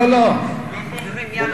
לא, לא, לא.